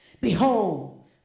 behold